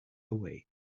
away